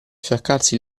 fiaccarsi